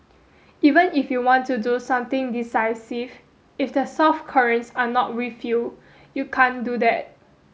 even if you want to do something decisive if the South Koreans are not with you you can't do that